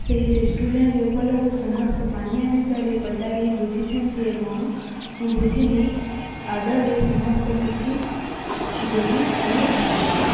ସେହି ରେଷ୍ଟୁରାଣ୍ଟରେ ଉପଲବ୍ଧ ସମସ୍ତ ପାନୀୟ ବିଷୟରେ ପଚାରି ବୁଝିଛନ୍ତି ଏବଂ ମୁଁ ବୁଝିଲି ଅର୍ଡ଼ରରେ ସମସ୍ତ କିଛି ଯୋଡ଼ି କରି ଆସିଲେ